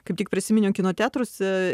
kaip tik prisiminiau kino teatruose